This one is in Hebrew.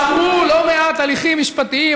עברו לא מעט הליכים משפטיים,